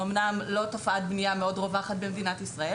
זאת אמנם לא תופעת בנייה מאוד רווחת במדינת ישראל